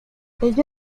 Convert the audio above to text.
ella